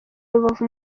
rubavu